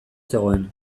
zegoen